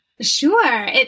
Sure